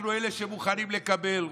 אנחנו אלה שמוכנים לקבל,